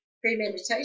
premeditation